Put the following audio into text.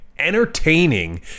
Entertaining